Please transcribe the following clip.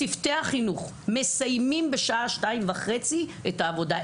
צוותי החינוך מסיימים בשעה 14:30 את העבודה.